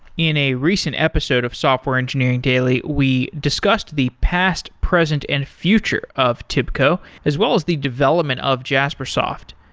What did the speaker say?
in a recent episode of software engineering daily, we discussed the past, present and future of tibco as well as the development of jaspersoft.